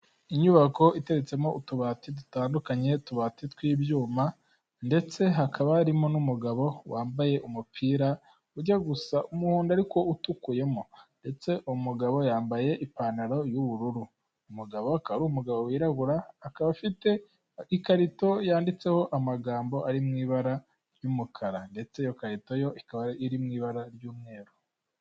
Inyubako iteretsemo utubati dutandukanye, utubati tw'ibyuma ndetse hakaba harimo n'umugabo wambaye umupira ujya gusa umuhondo ariko utukuyemo ndetse umugabo yambaye ipantaro y'ubururu, umugaboakaba ari umugabo wirabura, akaba afite ikarito yanditseho amagambo ari mu ibara ry'umukara ndetse ikarita yo ikaba iri mu ibara ry'umweru.